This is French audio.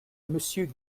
monsieur